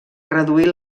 reduir